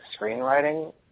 screenwriting